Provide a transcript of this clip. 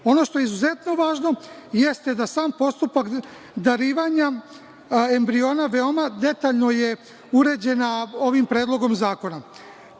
Ono što je izuzetno važno jeste da je sam postupak darivanja embriona veoma detaljno uređen ovim predlogom zakona. Predlog